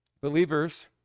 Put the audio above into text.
believers